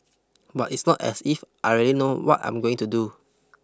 but it's not as if I really know what I'm going to do